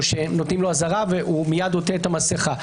או שנותנים לו אזהרה והוא מיד עוטה את המסכה.